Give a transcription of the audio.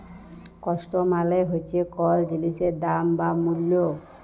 cost মালে হচ্যে কল জিলিসের দাম বা মূল্য